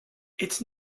its